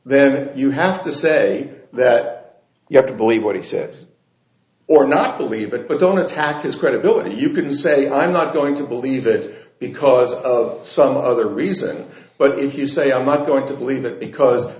then you have to say that you have to believe what he says or not believe it but don't attack his credibility you can say i'm not going to believe it because of some other reason but if you say i'm not going to believe it because